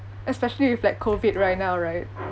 especially if like COVID right now right